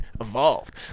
evolved